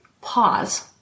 pause